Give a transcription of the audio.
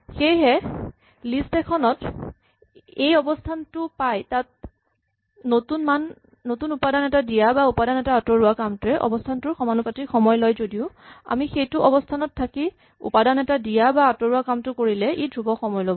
সেয়েহে লিষ্ট এখনত এই অৱস্হানটো পাই তাত নতুন উপাদান এটা দিয়া বা উপাদান এটা আঁতৰোৱা কামটোৱে অৱস্হানটোৰ সমানুপাতিক সময় লয় যদিও আমি যদি সেইটো অৱস্হানত থাকি উপাদান এটা দিয়া বা আঁতৰোৱা কামটো কৰিলে ই ধ্ৰৱক সময় ল'ব